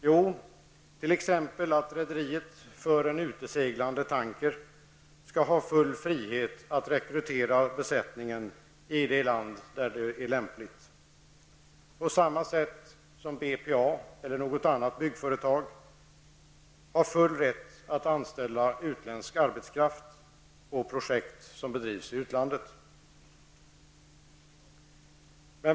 Jo, t.ex. att rederiet för en uteseglande tanker skall ha full frihet att rekrytera besättning i det land där det är lämpligt, på samma sätt som BPA eller något annat byggföretag har full rätt att anställa utländsk arbetskraft på byggprojekt som bedrivs i utlandet.